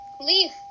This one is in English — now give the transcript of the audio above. Leaf